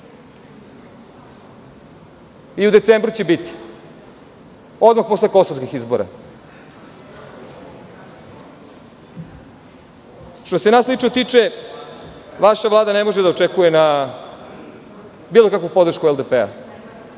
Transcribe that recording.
I u decembru će biti, odmah posle kosovskih izbora. Što se nas lično tiče, vaša Vlada ne može da očekuje bilo kakvu podršku LDP.